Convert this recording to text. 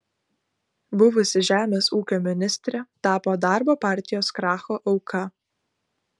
buvusi žemės ūkio ministrė tapo darbo partijos kracho auka